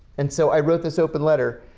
and so, i wrote this open letter.